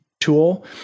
tool